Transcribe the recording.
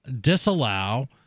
disallow